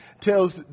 tells